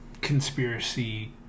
conspiracy